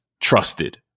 trusted